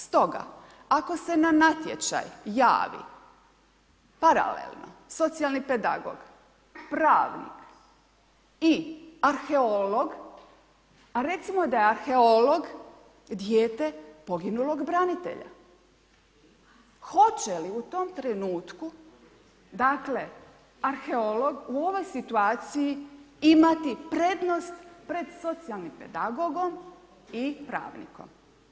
Stoga, ako se na natječaj javi, paralelno socijalni pedagog, pravnik i arheolog, a recimo da je arheolog dijete poginulog branitelja, hoće li u tom trenutku, dakle, arheolog u ovoj situaciji imati prednost pred socijalnim pedagogom i pravnikom.